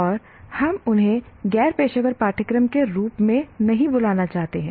और हम उन्हें गैर पेशेवर पाठ्यक्रम के रूप में नहीं बुलाना चाहते थे